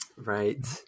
Right